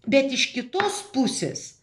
bet iš kitos pusės